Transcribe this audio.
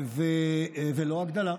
ולא הגדלה.